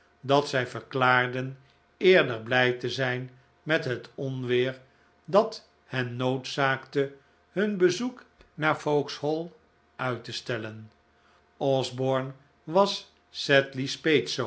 dat zij verklaarden eerder blij te zijn met het onweer dat hen noodzaakte hun bezoek naar vauxhall uit te stellen osborne was